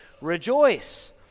rejoice